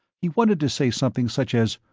he wanted to say something such as,